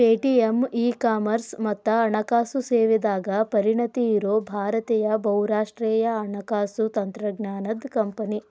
Paytm e commerce ಮತ್ತ ಹಣಕಾಸು ಸೇವೆದಾಗ ಪರಿಣತಿ ಇರೋ ಭಾರತೇಯ ಬಹುರಾಷ್ಟ್ರೇಯ ಹಣಕಾಸು ತಂತ್ರಜ್ಞಾನದ್ ಕಂಪನಿ